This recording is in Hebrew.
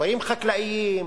כפרים חקלאיים,